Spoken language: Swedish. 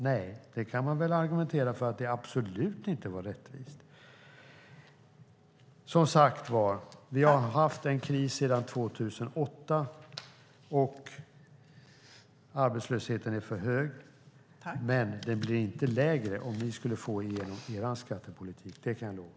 Nej, man kan väl argumentera för att det absolut inte var rättvist. Som sagt var: Vi har haft en kris sedan 2008, och arbetslösheten är för hög. Men den skulle inte bli lägre om ni skulle få igenom er skattepolitik. Det kan jag lova.